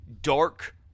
dark